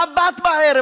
שבת בערב,